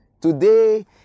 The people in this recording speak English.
Today